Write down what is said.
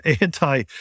anti